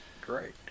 Great